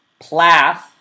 Plath